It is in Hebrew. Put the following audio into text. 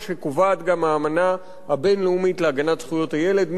שקובעת גם האמנה הבין-לאומית להגנת זכויות הילד,